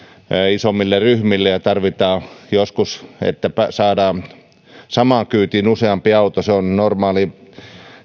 isommille ryhmille ja joskus tarvitsee saada samaan kyytiin useampi auto ja se on normaalia